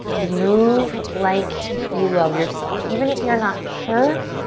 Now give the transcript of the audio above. move like you love yourself. even if you're not sure,